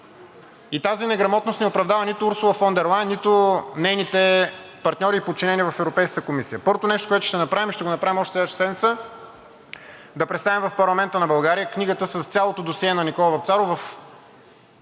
и тази неграмотност не оправдава нито Урсула фон дер Лайен, нито нейните партньори и подчинени в Европейската комисия. Първото нещо, което ще направим и ще го направим още следващата седмица – да представим в парламента на България книгата с цялото досие на Никола Вапцаров,